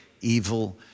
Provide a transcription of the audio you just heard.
evil